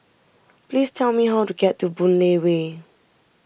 please tell me how to get to Boon Lay Way